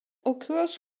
occurs